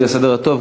בשביל הסדר הטוב,